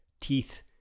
teeth